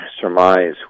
surmise